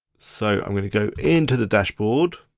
so i'm gonna go into the dashboard.